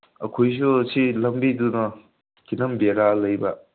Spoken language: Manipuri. ꯑꯩꯈꯣꯏꯁꯨ ꯁꯤ ꯂꯝꯕꯤꯗꯨꯅ ꯈꯤꯇꯪ ꯕꯦꯔꯥ ꯂꯩꯕ